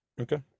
Okay